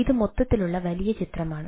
ഇത് മൊത്തത്തിലുള്ള വലിയ ചിത്രമാണ്